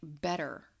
better